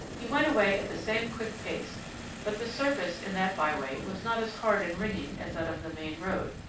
he went away at the same quick pace but the surface in that by-way was not as hard and ringing as that of the main road,